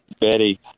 Betty